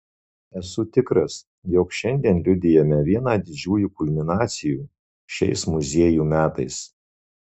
esu tikras jog šiandien liudijame vieną didžiųjų kulminacijų šiais muziejų metais